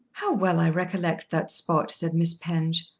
how well i recollect that spot, said miss penge.